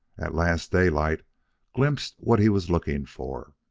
at last daylight glimpsed what he was looking for,